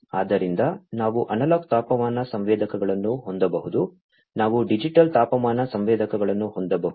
ಆದ್ದರಿಂದ ನಾವು ಅನಲಾಗ್ ತಾಪಮಾನ ಸಂವೇದಕಗಳನ್ನು ಹೊಂದಬಹುದು ನಾವು ಡಿಜಿಟಲ್ ತಾಪಮಾನ ಸಂವೇದಕಗಳನ್ನು ಹೊಂದಬಹುದು